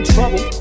Trouble